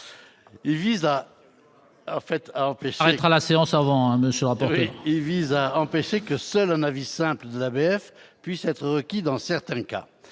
Il vise à empêcher que seul un avis simple de l'ABF puisse être requis dans certains cas.